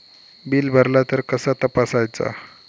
Bill भरला तर कसा तपसायचा?